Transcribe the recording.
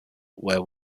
where